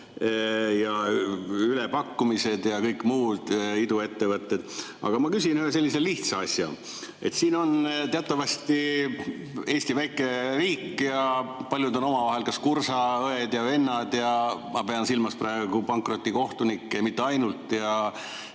On ülepakkumised ja kõik muu, iduettevõtted. Aga ma küsin ühe sellise lihtsa asja. Teatavasti on Eesti väike riik ja paljud on omavahel kursaõed ja ‑vennad, ma pean praegu silmas pankrotikohtunikke ja mitte ainult,